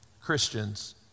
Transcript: Christians